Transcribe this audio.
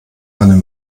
einen